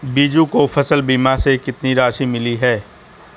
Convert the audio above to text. बीजू को फसल बीमा से कितनी राशि मिली है?